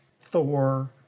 thor